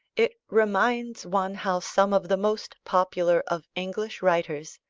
it reminds one how some of the most popular of english writers,